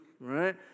right